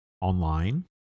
online